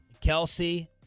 Kelsey